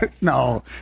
no